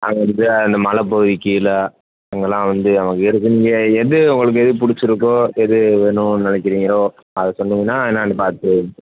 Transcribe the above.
அங்கே வந்து அந்த மலைப்பகுதிக்கு கீழே அங்கேல்லாம் வந்து அங்கே இருக்குதுன்னு நீங்கள் எது உங்களுக்கு எது பிடிச்சிருக்கோ எது வேணும் நினக்கிறீங்களோ அதை சொன்னீங்கன்னா என்னென்னுப் பார்த்து